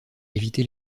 éviter